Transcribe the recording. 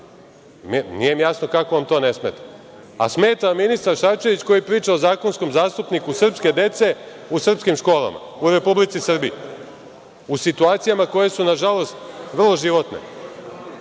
Nije mi jasno kako vam to ne smeta, a smeta vam ministar Šarčević koji priča o zakonskom zastupniku srpske dece, u srpskim školama u Republici Srbiji u situacijama koje su na žalost vrlo životne. Dakle,